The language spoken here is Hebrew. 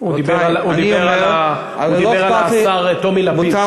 הוא דיבר על השר טומי לפיד.